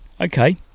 okay